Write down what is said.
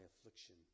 affliction